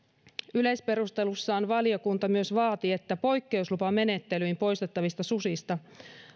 yleisperustelussaan valiokunta myös vaatii että poikkeuslupamenettelyin poistettavista susista